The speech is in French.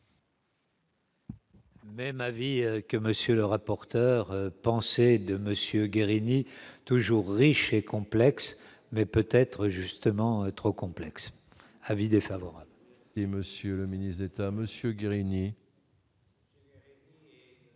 Même avis que monsieur le rapporteur, pensez de Monsieur Guérini toujours riche et complexe, mais peut-être justement trop complexe : avis défavorable. Et Monsieur le ministre d'État, Monsieur Guérini.